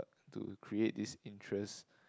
to create this interest